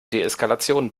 deeskalation